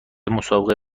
مسابقه